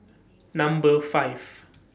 Number five